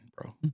bro